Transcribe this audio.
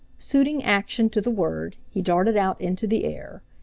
suiting action to the word, he darted out into the air.